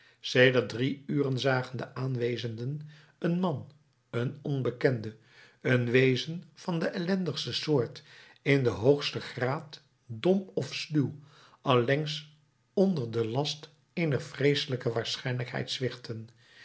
sedert drie uren zagen de aanwezenden een man een onbekende een wezen van de ellendigste soort in den hoogsten graad dom of sluw allengs onder den last eener vreeselijke